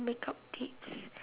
makeup tips